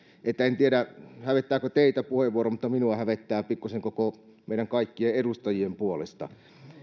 en tiedä hävettääkö teitä tuo puheenvuoro mutta minua hävettää pikkusen meidän kaikkien edustajien puolesta